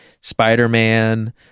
Spider-Man